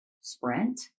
sprint